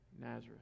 Nazareth